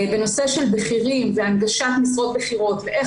בנושא של בכירים והנגשת משרות בכירות ואיך